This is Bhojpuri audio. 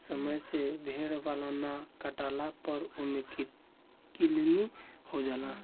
समय से भेड़ बाल ना काटला पर ओमे किलनी हो जाला